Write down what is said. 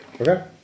Okay